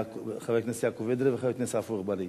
חבר הכנסת יעקב אדרי וחבר הכנסת עפו אגבאריה.